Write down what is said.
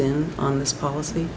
in on this policy